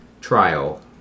trial